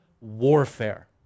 warfare